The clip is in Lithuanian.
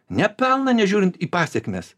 ne pelną nežiūrint į pasekmes